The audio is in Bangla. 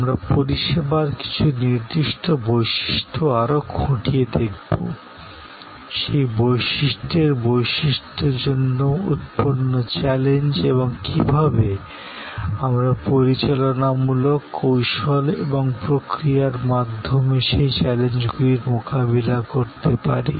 আমরা পরিষেবার কিছু নির্দিষ্ট বৈশিষ্ট্য আরো খুঁটিয়ে দেখবো সেই বৈশিষ্ট্যর বৈশিষ্ট্য জন্য উৎপন্ন চ্যালেঞ্জ এবং কীভাবে আমরা পরিচালনামূলক কৌশল এবং প্রক্রিয়ার মাধ্যমে সেই চ্যালেঞ্জগুলির মোকাবিলা করতে পারি